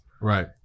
Right